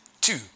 two